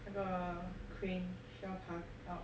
那个 crane 需要爬高